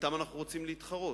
אתם אנחנו רוצים להתחרות.